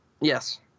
Yes